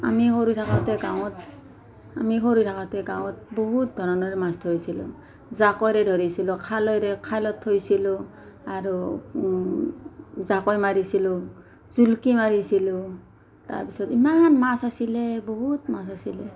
আমি সৰু থাকোঁতে গাঁৱত আমি সৰু থাকোঁতে গাঁৱত বহুত ধৰণৰ মাছ ধৰিছিলোঁ জাকৈৰে ধৰিছিলোঁ খালৈৰে খালৈত থৈছিলোঁ আৰু জাকৈ মাৰিছিলোঁ জুলকি মাৰিছিলোঁ তাৰপিছত ইমান মাছ আছিলে বহুত মাছ আছিলে